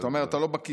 אתה אומר שאתה לא בקי.